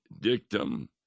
dictum